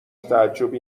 تعجبی